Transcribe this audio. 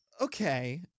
okay